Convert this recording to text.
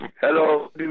Hello